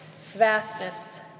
vastness